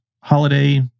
holiday